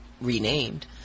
renamed